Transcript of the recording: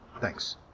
Thanks